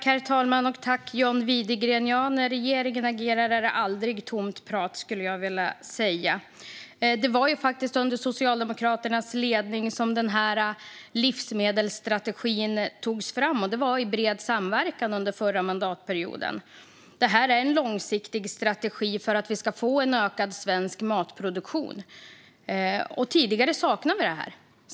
Herr talman! När regeringen agerar är det aldrig tomt prat. Det var faktiskt under Socialdemokraternas ledning som livsmedelsstrategin togs fram i bred samverkan under förra mandatperioden. Det är en långsiktig strategi för att vi ska få ökad svensk matproduktion. Det saknade vi tidigare.